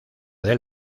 del